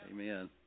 Amen